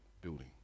building